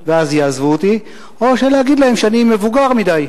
ואז יעזבו אותי, או להגיד להם שאני מבוגר מדי,